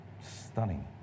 stunning